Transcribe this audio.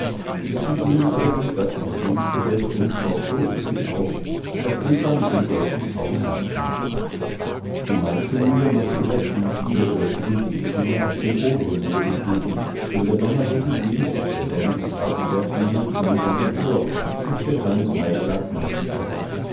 zwischen ihnen aber ging das vom wind gesäte unkraut so üppig auf daß eva mit dem jäten kaum nachkam die meiste mühe machte ihr das gießen der durstigen pfleglinge auf den oberen bodenstufen denn der sommerregen hielt auf der sonnbestrahlten berglehne nie lange vor und der kleine teich lag meist trocken